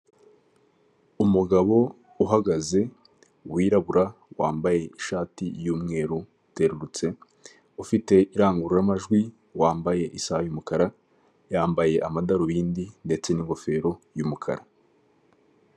Umugabo uhagaze wirabura wambaye ishati y'umweru uterurutse ufite irangururamajwi wambaye isaha y'umukara, yambaye amadarubindi ndetse n'ingofero y'umukara.